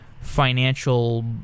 financial